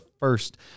first